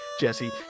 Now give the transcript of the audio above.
Jesse